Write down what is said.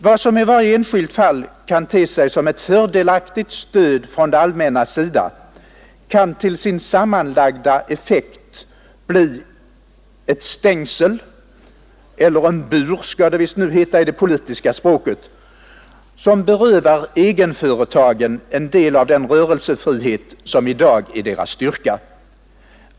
Vad som i varje enskilt fall kan te sig som ett fördelaktigt stöd från det allmännas sida kan till sin sammanlagda effekt bli ett stängsel — eller en bur skall det visst nu heta i det politiska språket — som berövar egenföretagen en del av den rörelsefrihet som i dag är deras styrka.